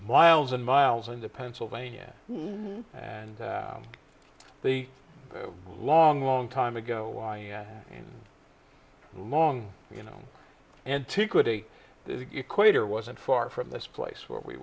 miles and miles into pennsylvania and the long long time ago and long you know antiquity equator wasn't far from this place where we